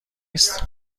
است